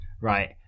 Right